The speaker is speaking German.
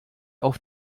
auf